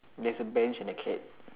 there's a bench and a cat